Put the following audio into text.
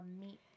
meat